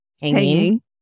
hanging